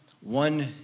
one